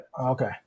Okay